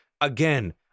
again